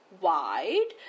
wide